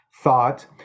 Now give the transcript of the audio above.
thought